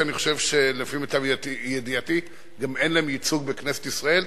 שלפי מיטב ידיעתי גם אין להן ייצוג בכנסת ישראל.